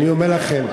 אני אומר לכם,